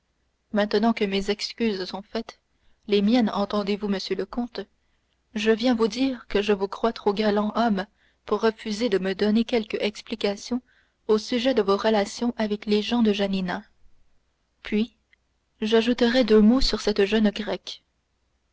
maintenant que mes excuses sont faites les miennes entendez-vous monsieur le comte je viens vous dire que je vous crois trop galant homme pour refuser de me donner quelque explication au sujet de vos relations avec les gens de janina puis j'ajouterai deux mots sur cette jeune grecque